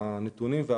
הנתונים שנדרשו: